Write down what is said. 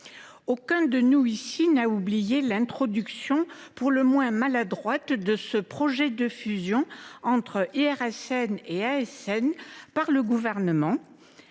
aucun de nous ici n’a oublié l’introduction pour le moins maladroite de ce projet de fusion entre l’IRSN et l’ASN par le Gouvernement,